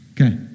Okay